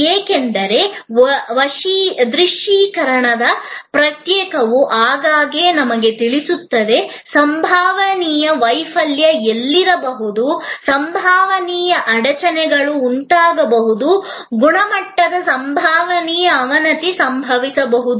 ಏಕೆಂದರೆ ದೃಶ್ಯೀಕರಣದ ಪ್ರಕ್ರಿಯೆಯು ಆಗಾಗ್ಗೆ ಸಂಭವನೀಯ ವೈಫಲ್ಯ ಎಲ್ಲಿರಬಹುದು ಸಂಭವನೀಯ ಅಡಚಣೆಗಳು ಉಂಟಾಗಬಹುದು ಗುಣಮಟ್ಟದ ಸಂಭವನೀಯ ಅವನತಿ ಸಂಭವಿಸಬಹುದು ಎಂದು ನಮಗೆ ತಿಳಿಸುತ್ತದೆ